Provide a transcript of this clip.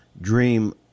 dream